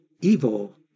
evil